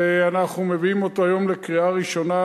ואנחנו מביאים אותו היום לקריאה ראשונה